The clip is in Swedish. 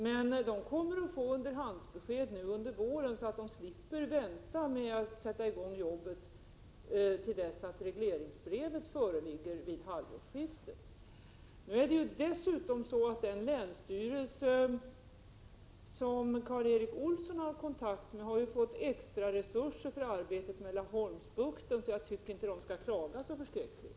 Men de kommer att få underhandsbesked under våren, så att de slipper vänta med att sätta i gång jobbet till dess att regleringsbrevet föreligger vid halvårsskiftet. Nu är det dessutom så att den länsstyrelse som Karl Erik Olsson har kontakt med har fått extra resurser för arbetet med Laholmsbukten, så jag tycker inte man skall klaga så förskräckligt.